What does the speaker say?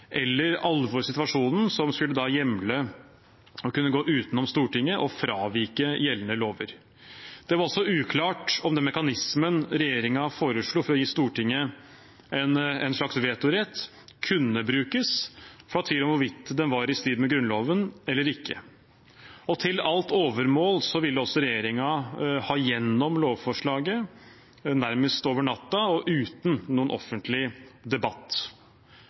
eller alvoret i situasjonen, som da skulle hjemle å kunne gå utenom Stortinget og fravike gjeldende lover. Det var også uklart om den mekanismen regjeringen foreslo for å gi Stortinget en slags vetorett, kunne brukes, for det var tvil om hvorvidt den var i strid med Grunnloven eller ikke. Til alt overmål ville også regjeringen ha gjennom lovforslaget nærmest over natten og uten noen offentlig debatt.